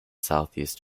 southeast